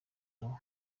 nabo